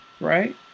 right